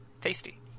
Tasty